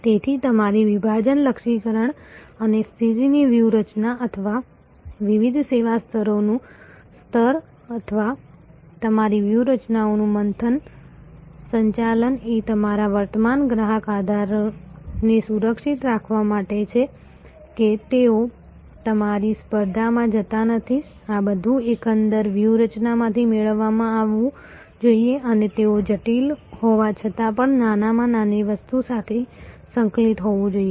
તેથી તમારી વિભાજન લક્ષ્યીકરણ અને સ્થિતિની વ્યૂહરચના અથવા વિવિધ સેવા સ્તરોનું સ્તર અથવા તમારી વ્યૂહરચનાઓનું મંથન સંચાલન એ તમારા વર્તમાન ગ્રાહક આધારને સુરક્ષિત રાખવા માટે છે કે તેઓ તમારી સ્પર્ધામાં જતા નથી આ બધું એકંદર વ્યૂહરચનામાંથી મેળવવામાં આવવું જોઈએ અને તેઓ જટિલ હોવા છતાં પણ નાના માં નાની વસ્તુ સાથે સંકલિત હોવું જોઈએ